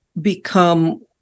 become